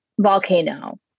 Volcano